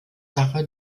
sache